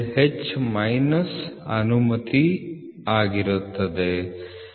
H minus ಅನುಮತಿ ಸಮಾನವಾಗಿರುತ್ತದೆ